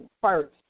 first